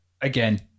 again